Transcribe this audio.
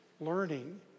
learning